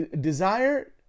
desire